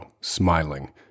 smiling